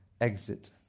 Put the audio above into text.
exit